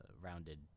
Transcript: rounded